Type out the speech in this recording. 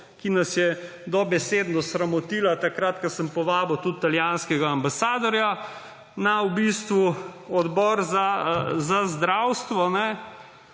ki nas je dobesedno sramotila, takrat ko sem povabil tudi italijanskega ambasadorja na Odbor za zdravstvo.